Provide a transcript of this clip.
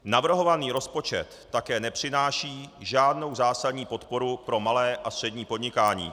Navrhovaný rozpočet také nepřináší žádnou zásadní podporu pro malé a střední podnikání.